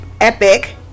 epic